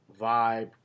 vibe